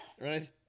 right